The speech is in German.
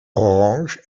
orange